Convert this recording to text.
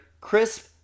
crisp